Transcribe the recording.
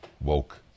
woke